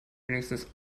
wenigstens